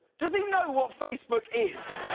does he know what facebook is?